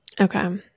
Okay